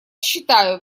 считаю